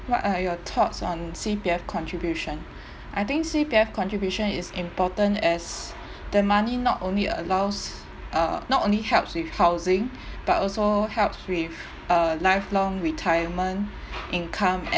what are your thoughts on C_P_F contribution I think C_P_F contribution is important as the money not only allows uh not only helps with housing but also helps with a lifelong retirement income